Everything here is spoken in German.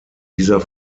dieser